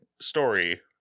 story